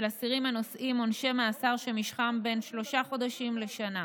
אסירים הנושאים עונשי מאסר שמשכם בין שלושה חודשים לשנה,